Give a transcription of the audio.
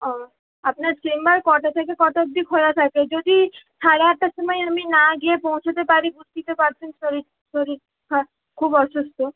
ও আপনার চেম্বার কটা থেকে কটা অবধি খোলা থাকে যদি সাড়ে আটটার সময় আমি না গিয়ে পৌঁছাতে পারি বুঝতেই তো পারছেন শরীর শরীরটা খুব অসুস্থ